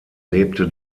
lebte